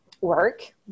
work